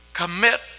commit